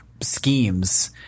schemes